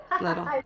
little